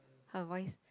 her voice